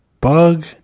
bug